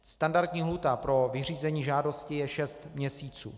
Standardní lhůta pro vyřízení žádosti je šest měsíců.